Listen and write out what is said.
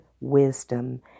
wisdom